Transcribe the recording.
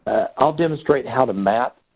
i'll demonstrate how the map,